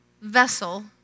vessel